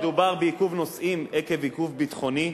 מדובר בעיכוב נוסעים עקב עיכוב ביטחוני,